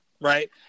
Right